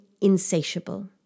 insatiable